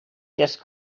just